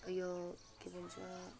ऊ यो के भन्छ